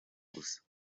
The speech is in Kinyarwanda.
gusa